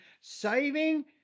saving